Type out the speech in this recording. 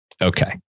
Okay